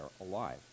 alive